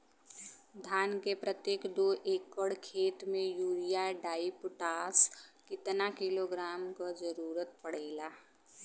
धान के प्रत्येक दो एकड़ खेत मे यूरिया डाईपोटाष कितना किलोग्राम क जरूरत पड़ेला?